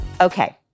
Okay